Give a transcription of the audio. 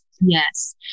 Yes